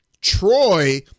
Troy